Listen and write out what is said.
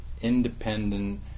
independent